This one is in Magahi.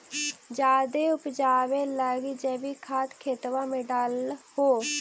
जायदे उपजाबे लगी जैवीक खाद खेतबा मे डाल हो?